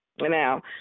Now